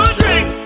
drink